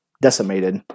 decimated